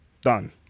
Done